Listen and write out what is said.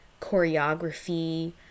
choreography